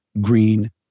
Green